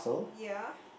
ya